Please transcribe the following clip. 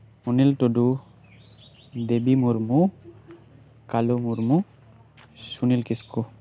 ᱚᱱᱚᱞ ᱴᱩᱰᱩ ᱫᱮᱵᱤ ᱢᱩᱨᱢᱩ ᱠᱟᱞᱚ ᱢᱩᱨᱢᱩ ᱥᱩᱱᱤᱞ ᱠᱤᱥᱠᱩ